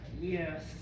Yes